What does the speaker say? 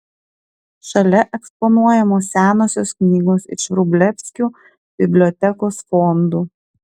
šalia eksponuojamos senosios knygos iš vrublevskių bibliotekos fondų